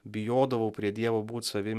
bijodavau prie dievo būt savim